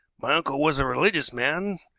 my uncle was a religious man,